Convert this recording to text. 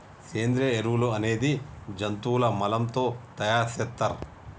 సేంద్రియ ఎరువులు అనేది జంతువుల మలం తో తయార్ సేత్తర్